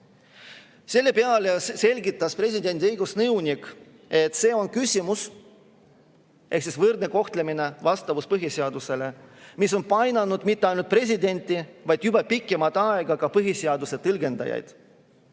Selle peale selgitas presidendi õigusnõunik, et see on küsimus – võrdne kohtlemine, vastavus põhiseadusele –, mis ei ole painanud mitte ainult presidenti, vaid on painanud juba pikemat aega ka põhiseaduse tõlgendajaid.